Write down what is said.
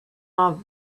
off